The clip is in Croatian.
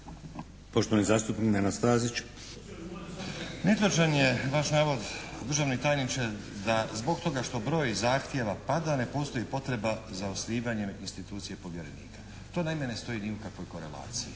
**Stazić, Nenad (SDP)** Netočan je vaš navod državni tajniče da zbog toga što broj zahtjeva pada ne postoji potreba za osnivanjem institucije povjerenika. To naime ne stoji ni u kakvoj koleraciji.